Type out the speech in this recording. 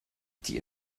die